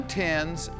tens